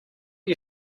you